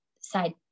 side